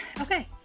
Okay